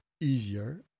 easier